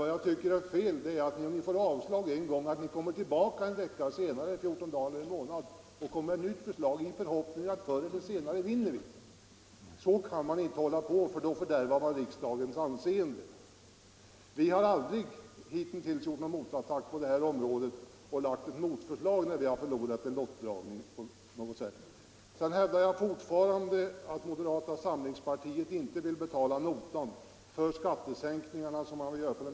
Vad jag tycker är fel är att ni, när ni får avslag, kommer tillbaka en vecka, 14 dagar eller en månad senare med ett nytt förslag i förhoppning att ni förr eller senare skall vinna en lottning. Så kan man inte hålla på därför att då fördärvar man riksdagens anseende. Vi har aldrig hittills gjort någon sådan motattack om vi förlorat en lottning. Jag hävdar fortfarande att moderata samlingspartiet inte vill betala notan för de direkta skattesänkningarna på skatteskalorna.